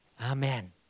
Amen